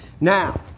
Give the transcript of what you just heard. Now